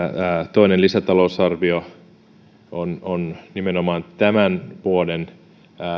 toinen lisätalousarvio on on nimenomaan tämän vuoden